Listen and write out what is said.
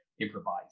improvise